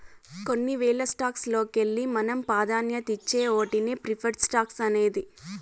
కొన్ని వేల స్టాక్స్ లోకెల్లి మనం పాదాన్యతిచ్చే ఓటినే ప్రిఫర్డ్ స్టాక్స్ అనేది